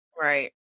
Right